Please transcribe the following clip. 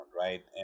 right